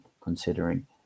considering